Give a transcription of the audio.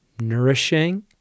nourishing